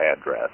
address